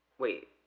Wait